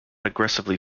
aggressively